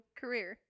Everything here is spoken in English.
career